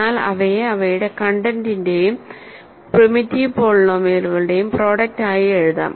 എന്നാൽ അവയെ അവയുടെ കണ്ടെന്റിന്റേയും പ്രിമിറ്റീവ് പോളിനോമിയലുകളുടെയും പ്രോഡക്ട് ആയി എഴുതാം